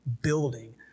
building